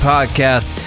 Podcast